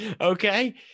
okay